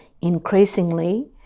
increasingly